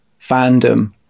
fandom